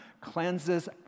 cleanses